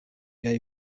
kaj